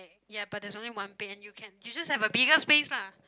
er ya but there's only one bed and you can you just have a bigger space lah